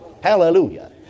hallelujah